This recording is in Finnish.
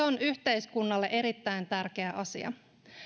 on yhteiskunnalle erittäin tärkeä asia